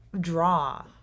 draw